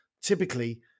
typically